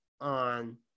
on